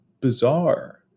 bizarre